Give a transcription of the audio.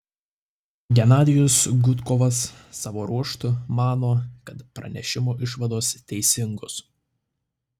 genadijus gudkovas savo ruožtu mano kad pranešimo išvados teisingos